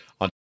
on